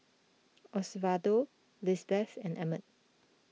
Osvaldo Lizbeth and Emmett